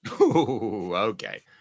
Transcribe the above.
Okay